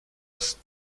است